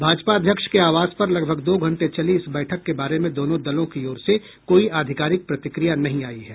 भाजपा अध्यक्ष के आवास पर लगभग दो घंटे चली इस बैठक के बारे में दोनों दलों की ओर से कोई आधिकारिक प्रतिक्रिया नहीं आई है